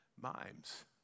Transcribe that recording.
mimes